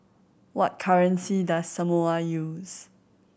what currency does Samoa use